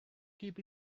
keep